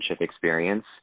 experience